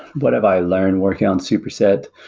what have i learned working on superset?